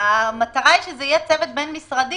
המטרה היא שזה יהיה צוות בין-משרדי,